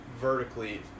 vertically